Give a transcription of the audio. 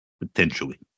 potentially